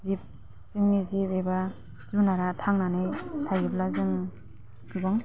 जिब जोंनि जिब एबा जुनारा थांनानै थायोब्ला जों गोबां